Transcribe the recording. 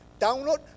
download